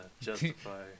justify